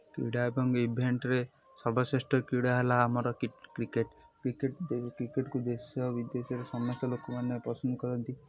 କ୍ରୀଡ଼ା ଏବଂ ଇଭେଣ୍ଟ୍ରେ ସର୍ବଶ୍ରେଷ୍ଠ କ୍ରୀଡ଼ା ହେଲା ଆମର କ୍ରିକେଟ୍ କ୍ରିକେଟ୍ କ୍ରିକେଟ୍କୁ ଦେଶ ବିଦେଶରେ ସମସ୍ତ ଲୋକମାନେ ପସନ୍ଦ କରନ୍ତି